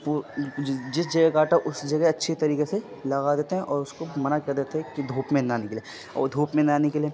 وہ جس جگہ کاٹا اس جگہ اچھی طریقے سے لگا دیتے ہیں اور اس کو منع کر دیتے ہیں کہ دھوپ میں نہ نکلے اور وہ دھوپ میں نا نکلیں